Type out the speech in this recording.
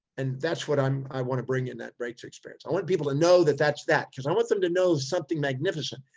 and that's what i'm, i want to bring in that breakthrough experience. i want people to know that that's that, because i want them to know something magnificent.